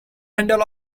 handle